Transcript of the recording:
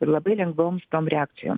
ir labai lengvoms tom reakcijom